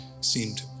seemed